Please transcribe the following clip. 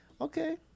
okay